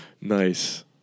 Nice